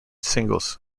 singles